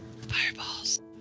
Fireballs